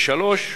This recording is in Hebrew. שאלה 3: